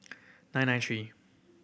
nine nine three